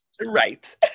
Right